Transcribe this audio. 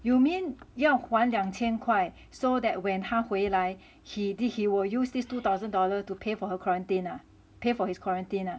you mean 要还两千块 so that when 他回来 he did he will use this two thousand dollar to pay for her quanratine uh pay for his quarantine ah